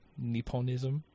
Nipponism